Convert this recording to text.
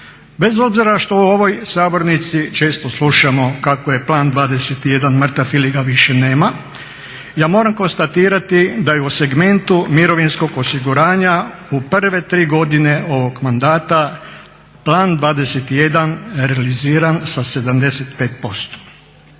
Bez obzira što u ovoj sabornici često slušamo kako je plan 21 mrtav ili ga više nemam ja moram konstatirati da je u segmentu mirovinskog osiguranja u prve tri godine ovog mandata plan 21 realiziran sa 75%.